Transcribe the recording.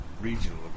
regional